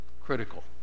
critical